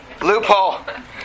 Loophole